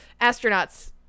astronauts